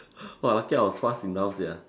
!wah! lucky I was fast enough sia